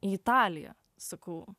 į italiją sakau